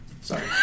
Sorry